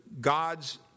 God's